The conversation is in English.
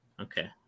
Okay